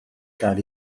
gael